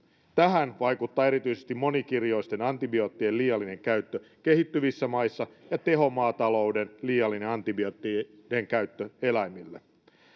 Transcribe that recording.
tähän vaikuttavat erityisesti monikirjoisten antibioottien liiallinen käyttö kehittyvissä maissa ja tehomaatalouden liiallinen antibioottien käyttö eläimille